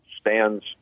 stands